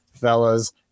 fellas